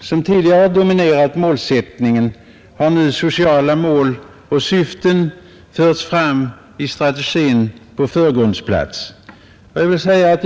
som tidigare har dominerat målsättningen, har nu sociala mål och syften förts in i strategin på förgrundsplats.